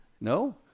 No